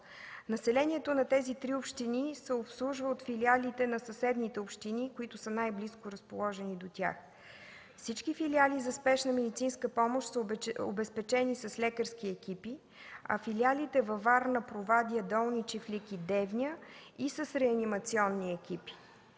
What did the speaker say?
Населението на тези три общини се обслужва във филиалите на съседните общини, които са най-близко разположени до тях. Всички филиали за спешна медицинска помощ са обезпечени с лекарски екипи, а филиалите във Варна, Провадия, Долни чифлик и Девня – и с реанимационни екипи.